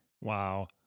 wow